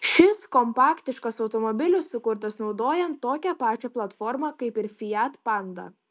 šis kompaktiškas automobilis sukurtas naudojant tokią pačią platformą kaip ir fiat panda